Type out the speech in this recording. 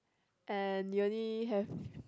and you only have